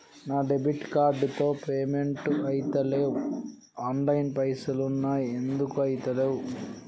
నా debit card తో payment ఐతలేవ్ అండ్ల పైసల్ ఉన్నయి ఎందుకు ఐతలేవ్?